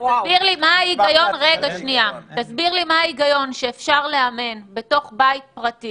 תסביר לי מה ההיגיון בכך שאפשר לאמן בתוך בית פרטי